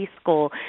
school